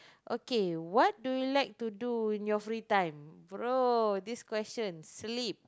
okay what do you like to do in your free time bro this question sleep